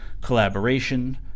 collaboration